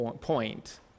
point